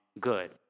good